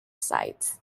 sites